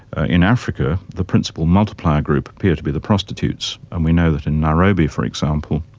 ah in africa the principal multiplier group appear to be the prostitutes. and we know that in nairobi, for example,